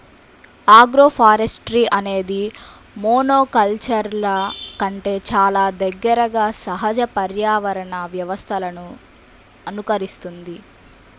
agroforestry అనేది మోనోకల్చర్ల కంటే చాలా దగ్గరగా సహజ పర్యావరణ వ్యవస్థలను అనుకరిస్తుంది